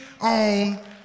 on